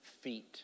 feet